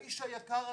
האיש היקר הזה,